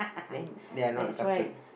then they are not a couple already